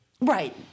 Right